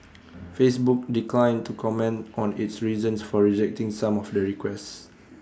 Facebook declined to comment on its reasons for rejecting some of the requests